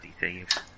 thieves